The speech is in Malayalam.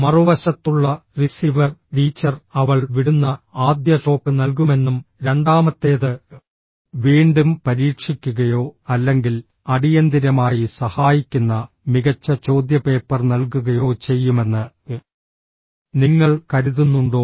മറുവശത്തുള്ള റിസീവർ ടീച്ചർ അവൾ വിടുന്ന ആദ്യ ഷോക്ക് നൽകുമെന്നും രണ്ടാമത്തേത് വീണ്ടും പരീക്ഷിക്കുകയോ അല്ലെങ്കിൽ അടിയന്തിരമായി സഹായിക്കുന്ന മികച്ച ചോദ്യപേപ്പർ നൽകുകയോ ചെയ്യുമെന്ന് നിങ്ങൾ കരുതുന്നുണ്ടോ